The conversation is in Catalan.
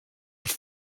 els